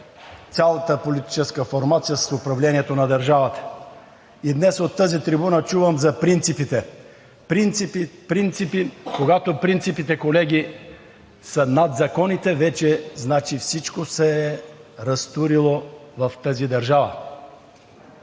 цялата политическа формация с управлението на държавата. И днес от тази трибуна чувам за принципите – принципи, принципи, принципи! Колеги, когато принципите са над законите, значи вече всичко се е разтурило в тази държава.